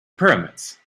pyramids